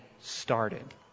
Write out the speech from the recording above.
started